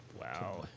Wow